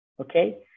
Okay